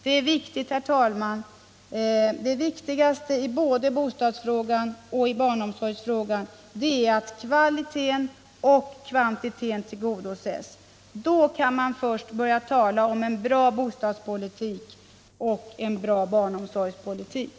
Det viktigaste i både bostadsfrågan och barnomsorgsfrågan är att både kvaliteten och kvantiteten tillgodoses. Då först kan man tala om en bra bostadspolitik och en bra barnomsorgspolitik.